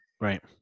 Right